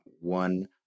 one